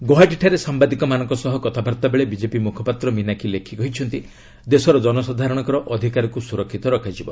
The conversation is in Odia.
ଗୌହାଟୀଠାରେ ସାମ୍ବାଦିକମାନଙ୍କ ସହ କଥାବାର୍ତ୍ତା ବେଳେ ବିଜେପି ମୁଖପାତ୍ର ମିନାକ୍ଷୀ ଲେଖି କହିଛନ୍ତି ଦେଶର ଜନସାଧାରଣଙ୍କର ଅଧିକାରକୃ ସ୍ୱରକ୍ଷିତ ରଖାଯିବ